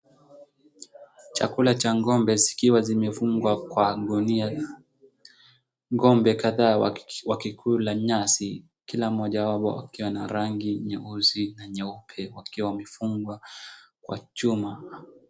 Chakula cha ng'ombe zikiwa zimefungwa kwa gunia. Ng'ombe kadhaa wakikula nyasi, kila mmoja wao akiwa na rangi nyeusi na nyeupe akiwa amefungwa kwa chuma.